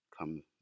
Come